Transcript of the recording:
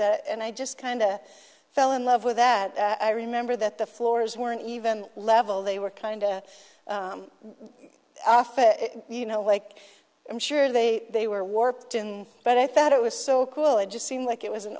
boards and i just kind of fell in love with that i remember that the floors weren't even level they were kind of you know like i'm sure they they were warped in but i thought it was so cool it just seemed like it was an